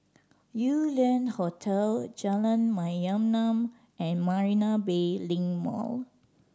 Yew Lian Hotel Jalan Mayaanam and Marina Bay Link Mall